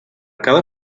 cada